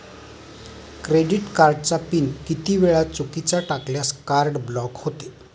Credit कार्डचा pin किती वेळा चुकीचा टाकल्यास कार्ड ब्लॉक होते?